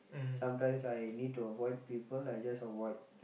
sometimes I need to avoid people I just avoid